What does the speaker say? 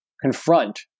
confront